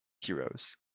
heroes